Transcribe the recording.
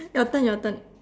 your turn your turn